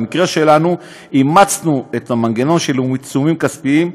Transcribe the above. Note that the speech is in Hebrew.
במקרה שלנו, אימצנו את המנגנון של עיצומים כספיים,